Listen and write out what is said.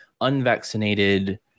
unvaccinated